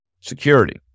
security